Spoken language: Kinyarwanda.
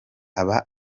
aba